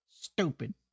stupid